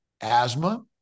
asthma